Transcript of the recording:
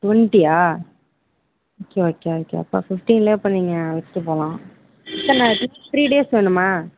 டுவென்ட்டியா okay okay okay அப்போ ஃபிஃப்ட்டீன்ல அப்போ நீங்கள் ஃபஸ்ட்டு போகலா எத்தனை நாள் த்ரீ டேஸ் வேணுமா